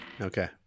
Okay